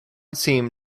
seem